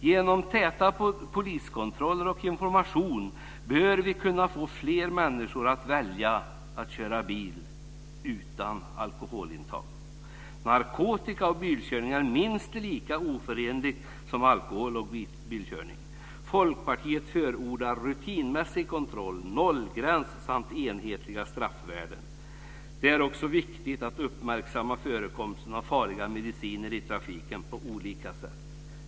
Genom täta poliskontroller och information bör vi kunna få fler människor att välja att köra bil utan alkoholintag. Narkotika och bilkörning är minst lika oförenligt som alkohol och bilkörning. Folkpartiet förordar rutinmässig kontroll, nollgräns samt enhetliga straffvärden. Det är också viktigt att uppmärksamma förekomsten av farliga mediciner i trafiken på olika sätt.